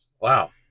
Wow